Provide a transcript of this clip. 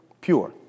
Pure